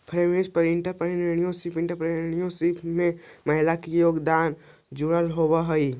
feminist entrepreneurship entrepreneurship में महिला के योगदान से जुड़ल होवऽ हई